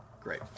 Great